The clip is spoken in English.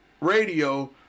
radio